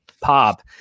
pop